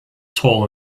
tall